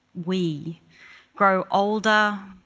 we grow older,